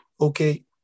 okay